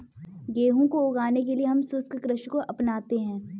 गेहूं को उगाने के लिए हम शुष्क कृषि को अपनाते हैं